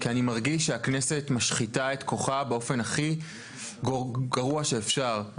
כי אני מרגיש שהכנסת משחיתה את כוחה באופן הכי גרוע שאפשר,